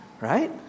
Right